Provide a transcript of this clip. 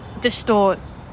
distorts